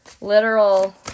literal